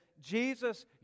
Jesus